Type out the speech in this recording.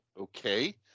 okay